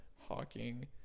hawking